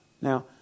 Now